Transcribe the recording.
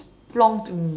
flonked me